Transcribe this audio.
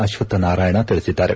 ಅಶ್ವತ್ ನಾರಾಯಣ ತಿಳಿಸಿದ್ದಾರೆ